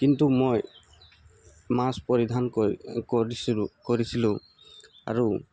কিন্তু মই মাস্ক পৰিধান কৰি কৰিছিলো কৰিছিলো আৰু